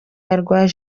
arwaye